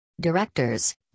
Directors